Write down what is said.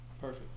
perfect